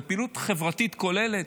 זו פעילות חברתית כוללת,